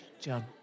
John